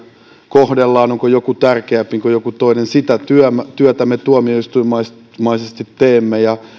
kohdellaan onko joku tärkeämpi kuin joku toinen sitä työtä työtä me tuomioistuinmaisesti teemme ja